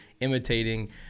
imitating